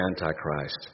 Antichrist